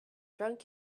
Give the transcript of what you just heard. drunk